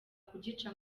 kugica